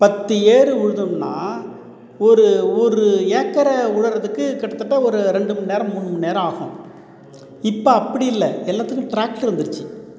பத்து ஏர் உழுதோம்னா ஒரு ஒரு ஏக்கரை உழுறதுக்கு கிட்டத்தட்ட ஒரு ரெண்டு மணிநேரம் மூணு மணிநேரம் ஆகும் இப்போ அப்படி இல்லை எல்லாத்துக்கும் டிராக்டரு வந்துடுச்சு